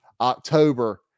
October